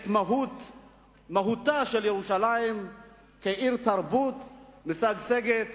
את מהותה של ירושלים כעיר תרבות משגשגת.